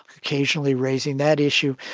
occasionally raising that issue,